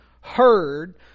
heard